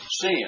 Sin